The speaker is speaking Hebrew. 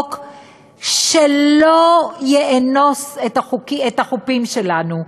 לחוק שלא יאנוס את החוּפּים שלנו: